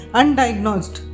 undiagnosed